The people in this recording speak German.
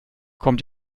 kommt